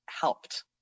helped